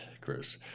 Chris